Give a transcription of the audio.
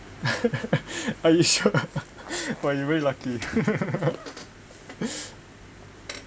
are you sure !wah! you're really lucky